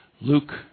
Luke